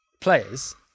players